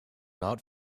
not